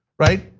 right?